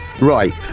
Right